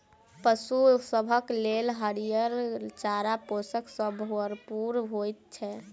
पशु सभक लेल हरियर चारा पोषण सॅ भरपूर होइत छै